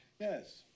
Yes